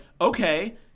okay